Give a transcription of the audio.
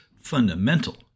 fundamental